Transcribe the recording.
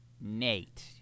Nate